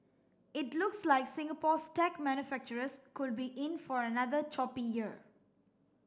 it looks like Singapore's tech manufacturers could be in for another choppy year